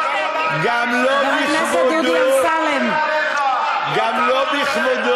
גם לא בכבודו, חבר הכנסת דודי אמסלם, מספיק.